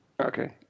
Okay